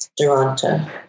Duranta